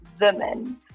Women